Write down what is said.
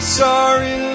sorry